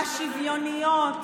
השוויוניות.